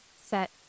set